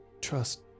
trust